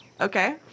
okay